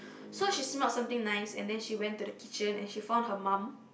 so she smelled something nice and then she went to the kitchen and she found her mum